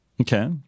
Okay